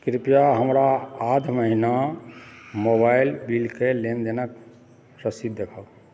कृपया हमरा आध महीना मोबाइल बिलकेँ लेनदेनक रसीद देखाउ